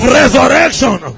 resurrection